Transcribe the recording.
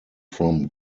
from